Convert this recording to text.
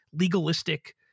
legalistic